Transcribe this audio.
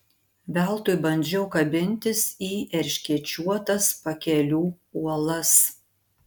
veltui bandžiau kabintis į erškėčiuotas pakelių uolas